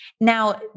Now